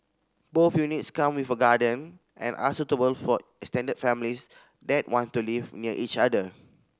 both units come with a garden and are suitable for extended families that want to live near each other